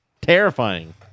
Terrifying